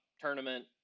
tournament